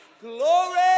Glory